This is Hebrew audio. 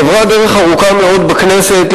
היא עברה דרך ארוכה מאוד בכנסת,